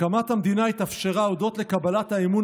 הקמת המדינה התאפשרה הודות לקבלת האמון